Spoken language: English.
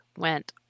went